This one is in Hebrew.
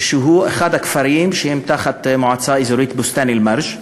שהוא אחר הכפרים שהם תחת המועצה האזורית בוסתאן-אלמרג',